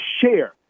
share